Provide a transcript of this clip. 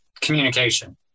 communication